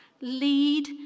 lead